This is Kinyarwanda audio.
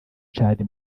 tchad